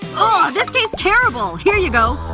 oh, this taste's terrible. here you go